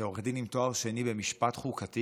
כעורך דין עם תואר שני במשפט חוקתי,